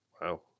Wow